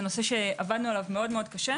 זה נושא שעבדנו עליו מאוד קשה.